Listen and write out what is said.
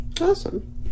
Awesome